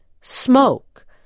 smoke